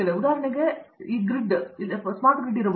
ಆದರೆ ನಾವು ಉದಾಹರಣೆಯಲ್ಲಿ ಮಾತನಾಡುವ ಅನೇಕ ಪ್ರದೇಶಗಳು ಈ ಗ್ರಿಡ್ ಸರಿ